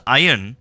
iron